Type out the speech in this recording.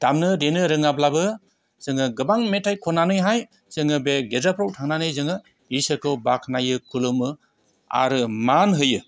दामनो देनो रोङाब्लाबो जोङो गोबां मेथाइ खननानैहाय जोङो बे गेरजाफ्राव थांनानै जोङो इसोरखौ बाखनायो खुलुमो आरो मान होयो